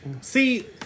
See